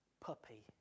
Puppy